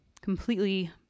completely